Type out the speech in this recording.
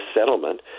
settlement